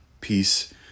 peace